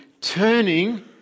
turning